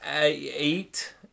eight